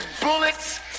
bullets